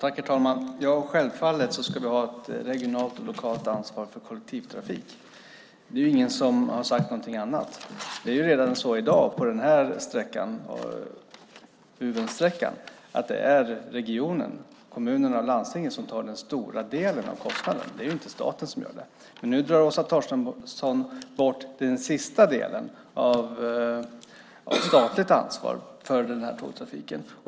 Herr talman! Självfallet ska vi ha ett regionalt och lokalt ansvar för kollektivtrafik. Det är ingen som har sagt något annat. Redan i dag är det på Uvensträckan så att det är regionen - kommunerna och landstingen - som tar den stora delen av kostnaden. Det är inte staten. Men nu drar Åsa Torstensson bort den sista delen av statligt ansvar för den här tågtrafiken.